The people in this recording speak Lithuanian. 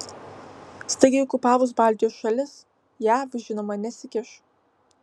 staigiai okupavus baltijos šalis jav žinoma nesikiš